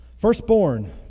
firstborn